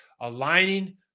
aligning